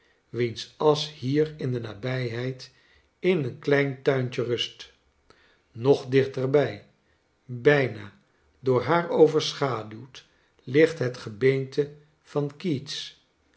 wiens asch hier in de nabijheid in een klein tuintje rust nog dichter bij bijna door haar overschaduwd ligt het gebeente van keats